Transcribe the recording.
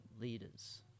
leaders